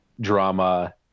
drama